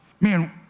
man